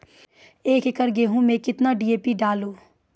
एक एकरऽ गेहूँ मैं कितना डी.ए.पी डालो?